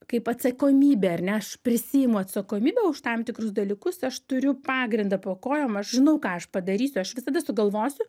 kaip atsakomybė ar ne aš prisiimu atsakomybę už tam tikrus dalykus aš turiu pagrindą po kojom aš žinau ką aš padarysiu aš visada sugalvosiu